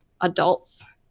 adults